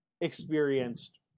experienced